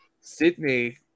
Sydney